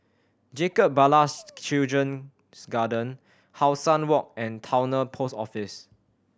Jacob Ballas Children's Garden How Sun Walk and Towner Post Office